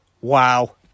Wow